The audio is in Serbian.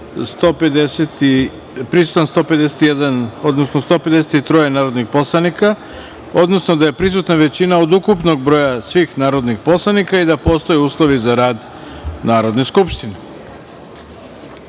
sali prisutna 153 narodna poslanika, odnosno da je prisutna većina od ukupnog broja svih narodnih poslanika i da postoje uslovi za rad Narodne skupštine. Da